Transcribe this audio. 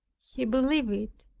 he believed it,